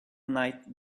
night